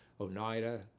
Oneida